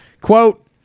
Quote